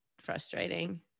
frustrating